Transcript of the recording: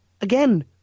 again